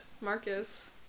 Marcus